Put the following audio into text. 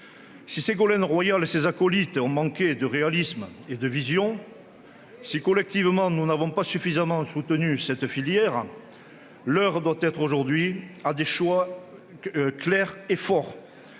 Si Ségolène Royal et ses « acolytes » ont manqué de réalisme et de vision, si, collectivement, nous n'avons pas suffisamment soutenu cette filière, l'heure doit être aux choix politiques clairs et forts.